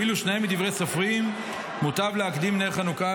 הואיל ושניהם מדברי סופרים מוטב להקדים נר חנוכה,